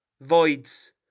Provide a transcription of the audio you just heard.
voids